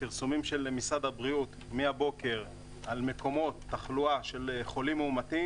פרסומים של משרד הבריאות מהבוקר על מקומות תחלואה של חולים מאומתים